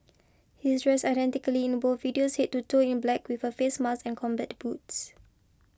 he's dressed identically in both videos head to toe in black with a face mask and combat boots